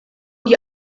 die